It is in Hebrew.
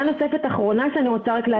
אתה